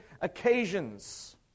occasions